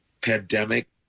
pandemic